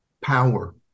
power